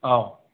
औ